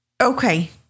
Okay